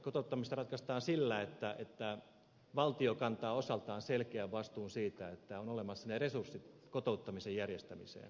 kotouttaminen ratkaistaan sillä että valtio kantaa osaltaan selkeän vastuun siitä että on olemassa resurssit kotouttamisen järjestämiseen